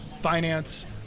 finance